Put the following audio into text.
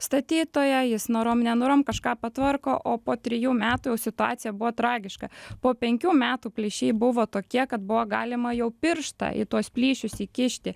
statytoją jis norom nenorom kažką patvarko o po trejų metų jau situacija buvo tragiška po penkių metų plyšiai buvo tokie kad buvo galima jau pirštą į tuos plyšius įkišti